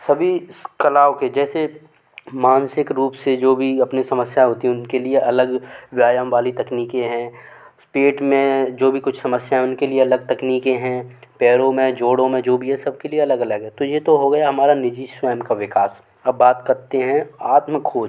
सभी कलाओं के जैसे मानसिक रूप से जो भी अपनी समस्याऍं होती हैं उनके लिए अलग व्यायाम वाली तकनीकें हैं पेट में जो भी कुछ समस्याऍं हैं उनके लिए अलग तकनीकें हैं पैरों में जोड़ों में जो भी है सब के लिए अलग अलग है तो ये तो हो गया हमारा निजी स्वयं का विकास अब बात करते हैं आत्मखोज